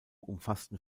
umfassten